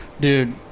Dude